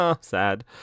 sad